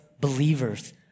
believers